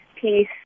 peace